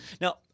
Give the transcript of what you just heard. Now